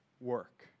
work